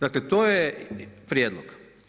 Dakle, to je prijedlog.